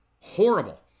Horrible